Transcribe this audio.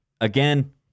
again